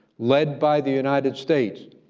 led by the united states,